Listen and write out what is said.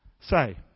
Say